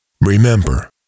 Remember